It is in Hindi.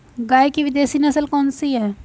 गाय की विदेशी नस्ल कौन सी है?